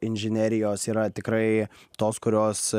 inžinerijos yra tikrai tos kurios